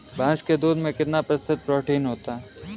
भैंस के दूध में कितना प्रतिशत प्रोटीन होता है?